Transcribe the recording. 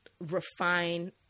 refine